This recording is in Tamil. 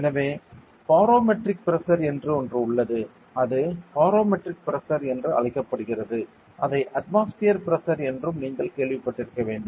எனவே பாரோமெட்ரிக் பிரஷர் என்று ஒன்று உள்ளது அது பாரோமெட்ரிக் பிரஷர் என்று அழைக்கப்படுகிறது அதை அட்மாஸ்பியர் பிரஷர் என்றும் நீங்கள் கேள்விப்பட்டிருக்க வேண்டும்